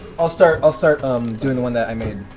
i'll start i'll start um doing the one that i made.